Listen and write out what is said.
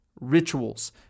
rituals